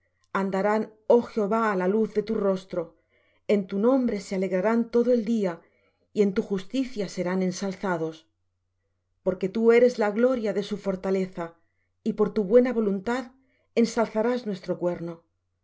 andarán oh jehová á la luz de tu rostro en tu nombre se alegrarán todo el día y en tu justicia serán ensalzados porque tú eres la gloria de su fortaleza y por tu buena voluntad ensalzarás nuestro cuerno